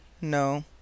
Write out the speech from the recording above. No